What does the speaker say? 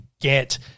get